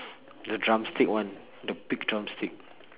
the drumstick one the big drumstick